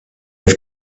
have